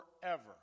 forever